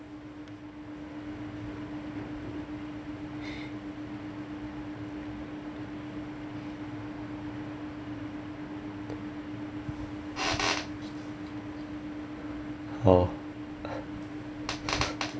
oh